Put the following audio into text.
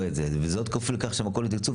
"וזאת כפוף לכך שהמקור לתקצוב,